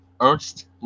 Ernst